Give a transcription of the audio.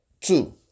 Two